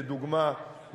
לדוגמה,